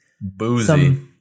Boozy